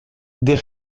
des